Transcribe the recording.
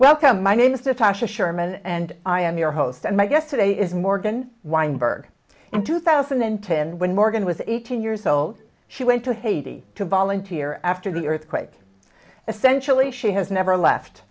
sherman and i am your host and my guest today is morgan weinberg and two thousand and ten when morgan was eighteen years old she went to haiti to volunteer after the earthquake essentially she has never left